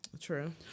True